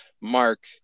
Mark